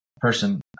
person